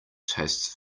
tastes